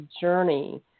journey